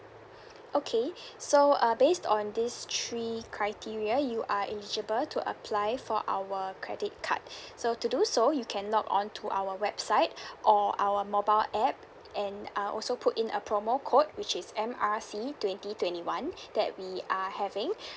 okay so uh based on these three criteria you are eligible to apply for our credit card so to do so you can log on to our website or our mobile app and uh also put in a promo code which is M R C twenty twenty one that we are having